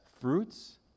fruits